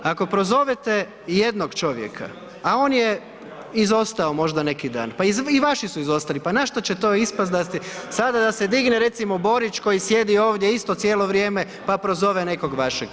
Ako prozovete jednog čovjeka, a on je izostao možda neki dan, pa i vaši su izostali, pa na što će to ispast da, sada da se digne recimo Borić koji sjedi ovdje isto cijelo vrijeme pa prozove nekog vašeg.